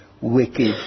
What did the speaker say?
wicked